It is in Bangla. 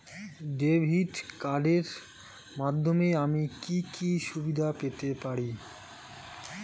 ডেবিট কার্ডের মাধ্যমে আমি কি কি সুবিধা পেতে পারি?